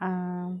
um